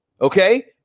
Okay